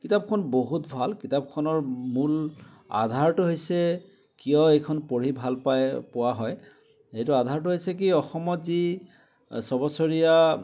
কিতাপখন বহুত ভাল কিতাপখনৰ মূল আধাৰটো হৈছে কিয় এইখন পঢ়ি ভাল পায় পোৱা হয় এইটো আধাৰটো হৈছে কি অসমত যি ছবছৰীয়া